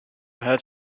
had